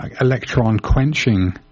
electron-quenching